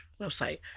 website